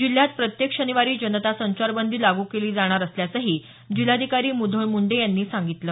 जिल्ह्यात प्रत्येक शनिवारी जनता संचारबंदी लागू केली जाणार असल्याचंही जिल्हाधिकारी मुधोळ मुंडे यांनी सांगितलं